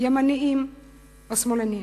ימנים או שמאלנים.